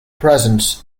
presence